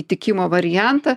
įtikimo variantą